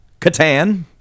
Catan